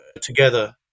together